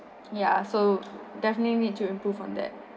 ya so definitely need to improve on that